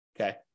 okay